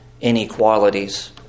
inequalities